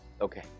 Okay